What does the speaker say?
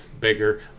bigger